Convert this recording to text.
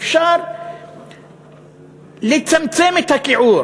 אפשר לצמצם את הכיעור,